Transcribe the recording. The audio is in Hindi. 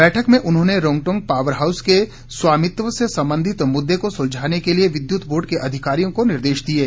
बैठक में उन्होंने रौंग टौंग पॉवर हाउस के स्वामित्व से सम्बंधित मुद्दे को सुलझाने के लिये विद्युत बोर्ड के अधिकारियों को निर्देश दिये